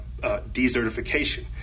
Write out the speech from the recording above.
desertification